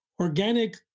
organic